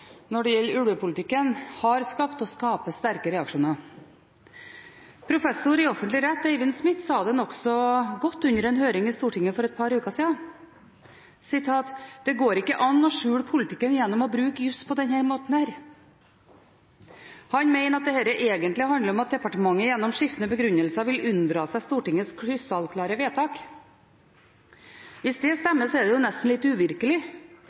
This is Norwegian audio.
når det gjelder ulvepolitikken, har skapt og skaper sterke reaksjoner. Professor i offentlig rett Eivind Smith sa det nokså godt under en høring i Stortinget for et par uker siden: Det går ikke an å skjule politikken gjennom å bruke jus på denne måten. Han mener at dette egentlig handler om at departementet gjennom skiftende begrunnelser vil unndra seg Stortingets krystallklare vedtak. Hvis det stemmer, er det nesten litt uvirkelig